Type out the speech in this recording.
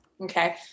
Okay